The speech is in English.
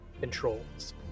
controls